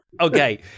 Okay